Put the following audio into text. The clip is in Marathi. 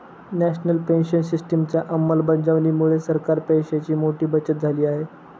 नॅशनल पेन्शन सिस्टिमच्या अंमलबजावणीमुळे सरकारी पैशांची मोठी बचत झाली आहे